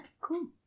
cool